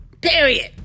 period